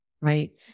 right